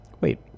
Wait